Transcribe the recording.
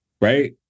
right